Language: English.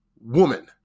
woman